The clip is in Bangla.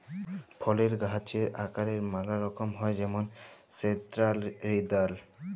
ফলের গাহাচের আকারের ম্যালা রকম হ্যয় যেমল সেলট্রাল লিডার